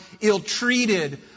ill-treated